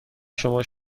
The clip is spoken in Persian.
شما